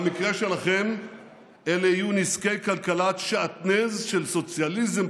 במקרה שלכם אלה יהיו נזקי כלכלת שעטנז של סוציאליזם,